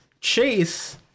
Chase